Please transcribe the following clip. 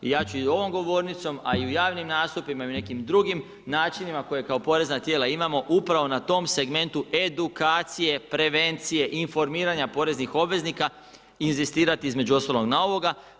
I ja ću i za ovom govornicom a i u javnim nastupima i u nekim drugim načinima koje kao porezna tijela imamo upravo na tom segmentu edukacije, prevencije i informiranja poreznih obveznika inzistirati između ostalog na ovome.